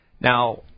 Now